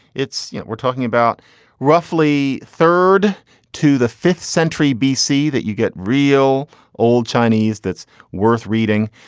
it's you know, we're talking about roughly third to the fifth century b c. that you get real old chinese. that's worth reading.